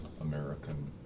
American